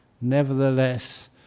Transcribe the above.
nevertheless